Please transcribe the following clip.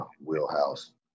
wheelhouse